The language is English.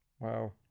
Wow